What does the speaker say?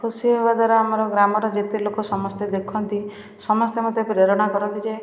ଖୁସି ହେବା ଦ୍ୱାରା ଆମର ଗ୍ରାମର ଯେତେ ଲୋକ ସମସ୍ତେ ଦେଖନ୍ତି ସମସ୍ତେ ମୋତେ ପ୍ରେରଣା କରନ୍ତି ଯେ